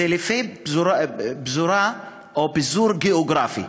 לפי פיזור גיאוגרפי.